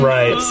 Right